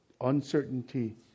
uncertainty